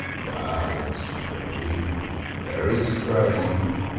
well, it's strange very strange,